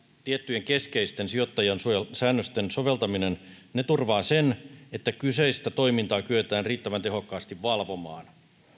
tiettyjen keskeisten sijoittajansuojasäännösten soveltaminen turvaavat sen että kyseistä toimintaa kyetään riittävän tehokkaasti valvomaan